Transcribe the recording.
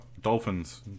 Dolphins